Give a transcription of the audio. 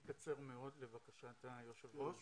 אני אקצר מאוד לבקשת היושב ראש.